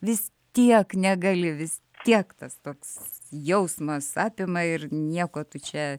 vis tiek negali vis tiek tas toks jausmas apima ir nieko tu čia